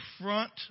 front